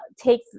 take